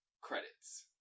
credits